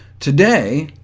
today,